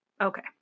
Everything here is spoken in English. okay